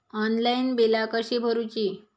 Online बिला कशी भरूची?